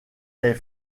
est